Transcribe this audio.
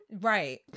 Right